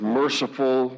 merciful